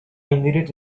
needed